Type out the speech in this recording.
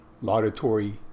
laudatory